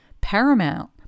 Paramount